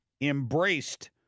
embraced